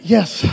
Yes